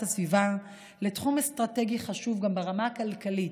הסביבה לתחום אסטרטגי חשוב גם ברמה הכלכלית.